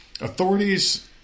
Authorities